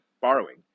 borrowing